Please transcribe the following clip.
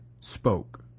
spoke